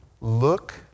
look